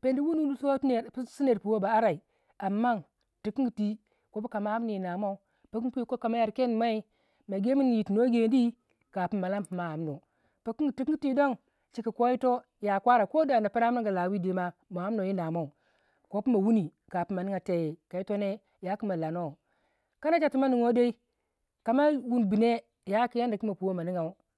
peni wunnu wunu so su puwai ba arai amman tukin tii kama amni yi namo pikangupii koku ma yar kenmai ma gemin yir geni kapin ma lam pimo amnu pikan tikangu twii don chika ko yitoh ya kwara ko dana pina mirgu lawidwima ma amnuwai yi namo kopu ma wuni kapin ma niga teyei ka yitone yaku ma amnuwo kanacha tu ma nuguwai dai kama wunbune ya yadakuma puwe ma nigya